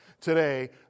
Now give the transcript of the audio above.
today